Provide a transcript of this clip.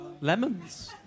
Lemons